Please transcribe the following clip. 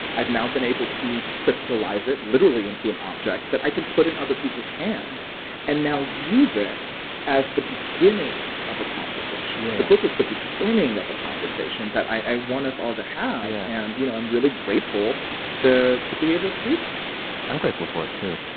i've now been able to crystallize it literally into an object that i can put in other people's hands and now use it as the beginning of a conversation yeah the book is the beginning of a conversation that i want us all to have yeah and, you know, i'm really grateful to to be able to do so i'm grateful for it, too.